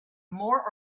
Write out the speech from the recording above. more